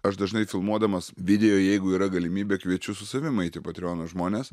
aš dažnai filmuodamas video jeigu yra galimybė kviečiu su savim eiti patreono žmones